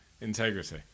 integrity